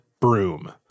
broom